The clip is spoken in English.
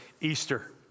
Easter